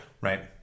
Right